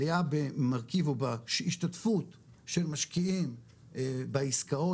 עליה במרכיב או בהשתתפות של משקיעים בעיסקאות